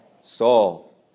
Saul